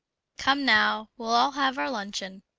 come now, we'll all have our luncheon.